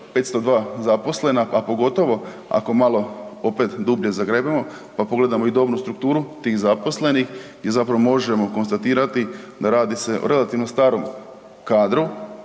502 zaposlena, pa pogotovo ako malo opet dublje zagrebemo, pa pogledamo i dobnu strukturu tih zaposlenih i zapravo možemo konstatirati da radi se o relativno starom kadru,